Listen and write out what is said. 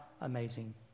amazing